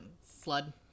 flood